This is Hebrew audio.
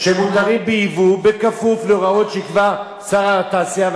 שמותרים בייבוא בכפוף להוראות שייקבע שר התעשייה,